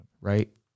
right